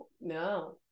no